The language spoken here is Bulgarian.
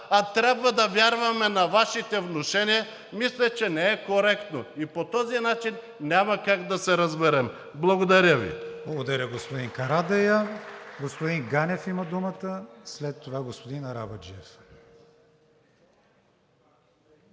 а трябва да вярваме на Вашите внушения, мисля, че не е коректно. И по този начин няма как да се разберем. Благодаря Ви. ПРЕДСЕДАТЕЛ КРИСТИАН ВИГЕНИН: Благодаря, господин Карадайъ. Господин Ганев има думата, след това господин Арабаджиев.